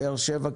באר שבע,